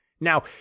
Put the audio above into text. Now